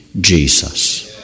Jesus